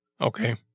Okay